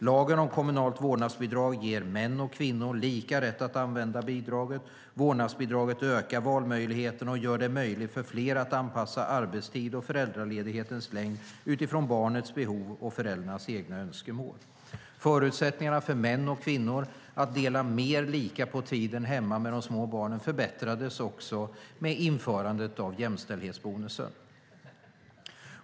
Lagen om kommunalt vårdnadsbidrag ger män och kvinnor lika rätt att använda bidraget. Vårdnadsbidraget ökar valmöjligheterna och gör det möjligt för fler att anpassa arbetstid och föräldraledighetens längd utifrån barnets behov och föräldrarnas egna önskemål. Förutsättningarna för män och kvinnor att dela mer lika på tiden hemma med de små barnen förbättrades också med införandet av jämställdhetsbonusen.